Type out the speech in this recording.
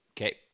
Okay